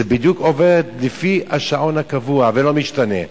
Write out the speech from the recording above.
בדיוק עובד לפי השעון הקבוע ולא משתנה.